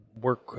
work